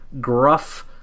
gruff